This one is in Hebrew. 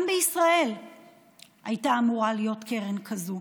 גם בישראל הייתה אמורה להיות קרן כזו.